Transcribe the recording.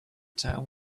town